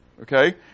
okay